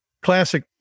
classic